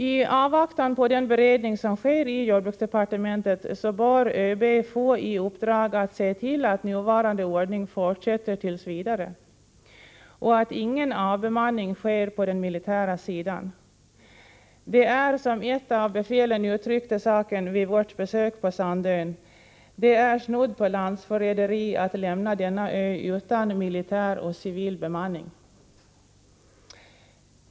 I avvaktan på den beredning som sker i jordbruksdepartementet bör ÖB få i uppdrag att se till att nuvarande ordning fortsätter t. v. och att ingen avbemanning sker på den militära sidan. Det är, som ett av befälen uttryckte saken vid vårt besök på Sandön, snudd på landsförräderi att lämna denna ö utan militär och civil bemanning.